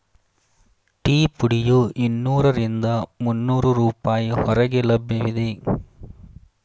tea ಪುಡಿಯು ಇನ್ನೂರರಿಂದ ಮುನ್ನೋರು ರೂಪಾಯಿ ಹೊರಗೆ ಲಭ್ಯವಿದೆ